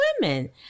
women